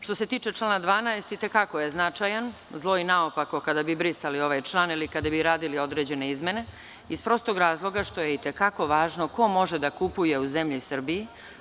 Što se tiče člana 12. i te kako je značajan, zlo i naopako kada bi brisali ovaj član ili kada bi radili određene izmene, iz prostog razloga što je i te kako važno ko može da kupuje u zemlji Srbiji.